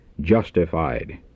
justified